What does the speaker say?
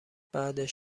بعدش